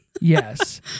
yes